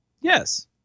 yes